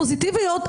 פוזיטיביות,